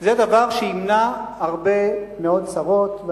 זה דבר שימנע הרבה מאוד צרות.